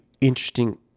interesting